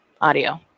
audio